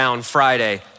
Friday